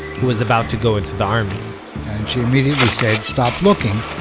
who was about to go into the army and she immediately said stop looking,